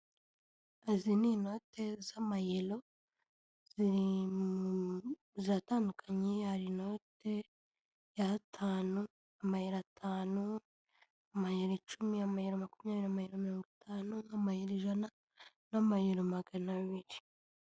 Izi ni inote z'amayero ziratandukanye, hari inote: y'atanu amayero atanu, amayero icumi, amayero makumyabiri, amayero mirongo itanu, amayero ijana n'amayero magana abiri.